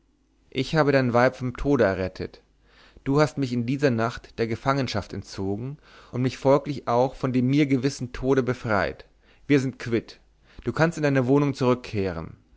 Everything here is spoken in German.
ich habe dein weib vom tode errettet du hast mich in dieser nacht der gefangenschaft entzogen und mich folglich auch von dem mir gewissen tode befreit wir sind quitt du kannst in deine wohnung zurückkehren